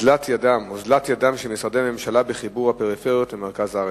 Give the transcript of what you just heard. אוזלת ידם של משרדי הממשלה בחיבור הפריפריות למרכז הארץ.